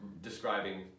describing